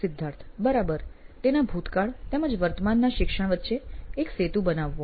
સિદ્ધાર્થ બરાબર તેના ભૂતકાળના તેમજ વર્તમાનના શિક્ષણ વચ્ચે એક સેતુ બનાવવો